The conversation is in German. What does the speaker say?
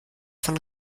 von